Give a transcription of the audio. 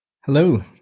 Hello